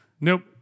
nope